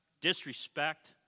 disrespect